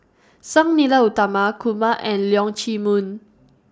Sang Nila Utama Kumar and Leong Chee Mun